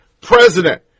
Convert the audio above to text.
president